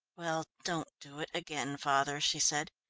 well, don't do it again, father, she said.